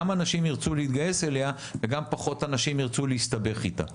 גם אנשים ירצו להתגייס אליה וגם פחות אנשים ירצו להסתבך איתה.